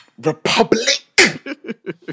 Republic